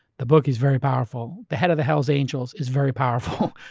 the bookie is very powerful. the head of the hells angels is very powerful.